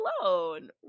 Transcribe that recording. alone